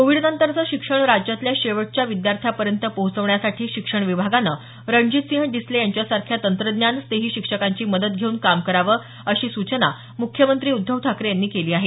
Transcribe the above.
कोविडनंतरचं शिक्षण राज्यातल्या शेवटच्या विद्यार्थ्यांपर्यंत पोहोचवण्यासाठी शिक्षण विभागानं रणजितसिंह डिसले यांच्यासारख्या तंत्रज्ञानस्नेही शिक्षकांची मदत घेऊन काम करावं अशी सूचना मुख्यमंत्री उद्धव ठाकरे यांनी केली आहे